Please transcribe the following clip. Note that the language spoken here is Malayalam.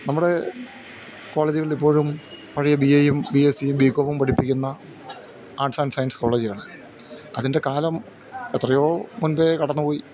നമ്മുടെ കോളേജുകളിൽ ഇപ്പോഴും പഴയ ബി എയും ബി എസ്സിയും ബി കോമും പഠിപ്പിക്കുന്ന ആർട്സ് ആൻഡ് സയൻസ് കോളേജിലാണ് അതിൻ്റെ കാലം എത്രയോ മുൻപേ കടന്ന് പോയി